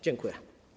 Dziękuję.